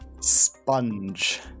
sponge